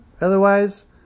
Otherwise